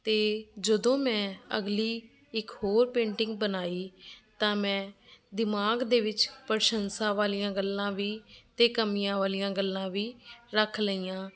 ਅਤੇ ਜਦੋਂ ਮੈਂ ਅਗਲੀ ਇੱਕ ਹੋਰ ਪੇਂਟਿੰਗ ਬਣਾਈ ਤਾਂ ਮੈਂ ਦਿਮਾਗ ਦੇ ਵਿੱਚ ਪ੍ਰਸ਼ੰਸਾ ਵਾਲੀਆਂ ਗੱਲਾਂ ਵੀ ਅਤੇ ਕਮੀਆਂ ਵਾਲੀਆਂ ਗੱਲਾਂ ਵੀ ਰੱਖ ਲਈਆਂ